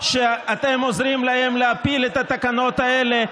שאתם עוזרים להם להפיל את התקנות האלה.